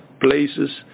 places